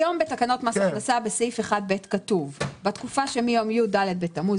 היום בתקנות מס הכנסה בסעיף 1ב כתוב: בתקופה שמיום י"ד בתמוז,